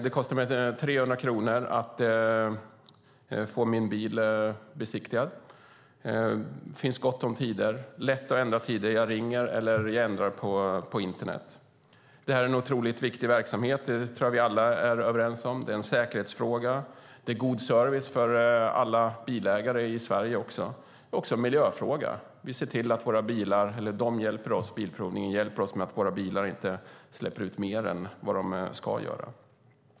Det kostar mig 300 kronor att få min bil besiktigad. Det finns gott om tider, och det är lätt att ändra tid - jag ringer eller ändrar på internet. Detta är en otroligt viktig verksamhet; det tror jag att vi alla är överens om. Det är en säkerhetsfråga, och det är god service för alla bilägare i Sverige. Det är också en miljöfråga - Bilprovningen hjälper oss så att våra bilar inte släpper ut mer än de ska göra.